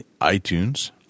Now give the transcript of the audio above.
iTunes